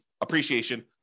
appreciation